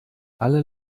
alle